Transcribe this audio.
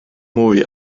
mwy